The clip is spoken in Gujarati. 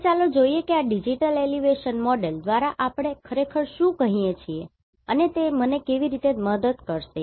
હવે ચાલો જોઈએ કે આ ડિજિટલ એલિવેશન મોડેલ દ્વારા આપણે ખરેખર શું કહીએ છીએ અને તે મને કેવી રીતે મદદ કરશે